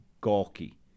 gawky